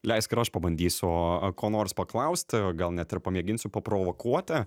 leisk ir aš pabandysiu o ko nors paklaust gal net ir pamėginsiu paprovokuoti